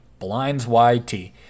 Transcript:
BlindsYT